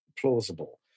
plausible